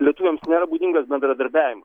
lietuviams nėra būdingas bendradarbiavimas